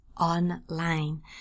online